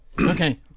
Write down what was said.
Okay